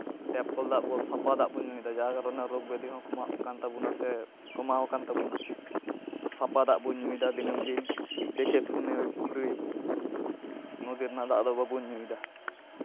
tap ᱠᱚᱞ ᱫᱟᱜ ᱵᱚᱱ ᱥᱟᱯᱷᱟ ᱫᱟᱜ ᱵᱚᱱ ᱧᱩᱭᱫᱟ ᱡᱟᱦᱟᱸ ᱠᱟᱨᱚᱱᱛᱮ ᱨᱳᱜᱽ ᱵᱮᱫᱷᱤ ᱦᱚᱸ ᱠᱚᱢᱟᱜ ᱠᱟᱱ ᱛᱟᱵᱳᱱᱟ ᱥᱮ ᱠᱚᱢᱟᱣ ᱠᱟᱱ ᱛᱟᱵᱳᱱᱟ ᱥᱟᱯᱷᱟ ᱫᱟᱜ ᱵᱚᱱ ᱧᱩᱭᱫᱟ ᱫᱤᱱᱟᱹᱢ ᱫᱤᱱ ᱫᱮᱠᱷᱮ ᱥᱩᱱᱮ ᱯᱩᱠᱷᱨᱤ ᱱᱚᱫᱤ ᱨᱮᱱᱟᱜ ᱫᱟᱜ ᱫᱚ ᱵᱟᱵᱚᱱ ᱧᱩᱭᱫᱟ